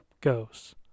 goes